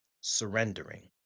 surrendering